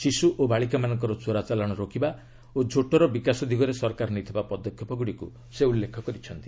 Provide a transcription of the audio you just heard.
ଶିଶୁ ଓ ବାଳିକାମାନଙ୍କର ଚୋରା ଚାଲାଣ ରୋକିବା ଓ ଝୋଟର ବିକାଶ ଦିଗରେ ସରକାର ନେଇଥିବା ପଦକ୍ଷେପଗୁଡ଼ିକୁ ସେ ଉଲ୍ଲେଖ କରିଛନ୍ତି